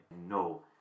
No